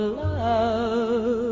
love